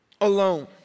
alone